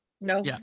No